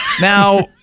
Now